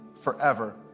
forever